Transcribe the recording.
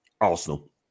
Arsenal